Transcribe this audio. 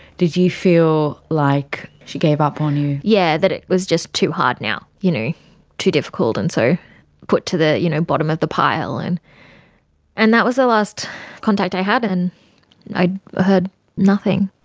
did you feel like she gave up on you? yeah, that it was just too hard now, you know too difficult, and so put to the you know bottom of the pile. and and that was the last contact i had, and then i heard nothing.